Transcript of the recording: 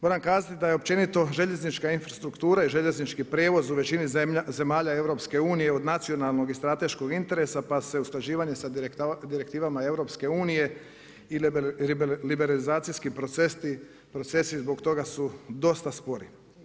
Moram kazati da je općenito željeznička infrastruktura i željeznički prijevoz u većini zemalja EU-a od nacionalnog i strateškog interesa, pa se usklađivanje sa direktivama EU-a i liberalizacijski procesi zbog toga su dosta spori.